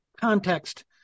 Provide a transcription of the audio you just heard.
context